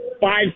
Five